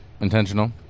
Intentional